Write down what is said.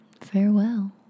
Farewell